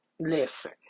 listen